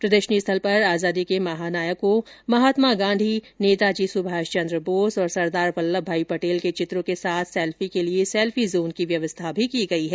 प्रदर्शनी स्थल पर आजादी के महानायकों महात्मा गांधी नेताजी सुभाष चन्द्र बोस और सरदार वल्लभ भाई पटेल के चित्रों के साथ सैल्फी के लिए सैल्फी जोन की व्यवस्था भी की गयी है